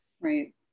right